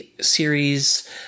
series